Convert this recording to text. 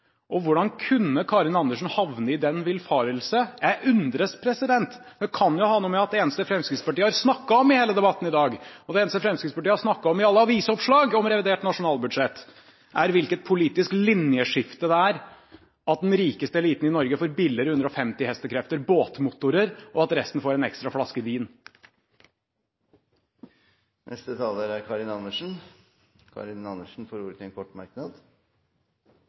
flyktninger. Hvordan kunne Karin Andersen havne i den villfarelsen? Jeg undres. Det kan jo ha noe med at det eneste Fremskrittspartiet har snakket om i hele debatten i dag, og det eneste Fremskrittspartiet har snakket om i alle avisoppslagene om revidert nasjonalbudsjett, er hvilket politisk linjeskifte det er at den rikeste eliten i Norge får billigere 150 hestekrefters båtmotorer, og at resten får en ekstra flaske vin. Representanten Karin Andersen har hatt ordet to ganger tidligere og får ordet til en kort merknad,